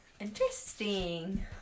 Interesting